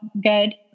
good